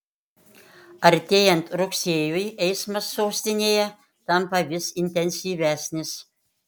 artėjant rugsėjui eismas sostinėje tampa vis intensyvesnis